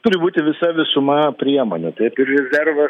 turi būti visa visuma priemonių taip ir rezervas